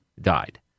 died